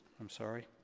i'm sorry.